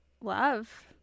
love